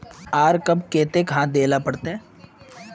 आर कब केते खाद दे ला पड़तऐ?